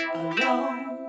alone